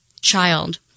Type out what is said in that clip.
child